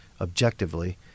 objectively